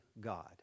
God